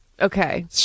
Okay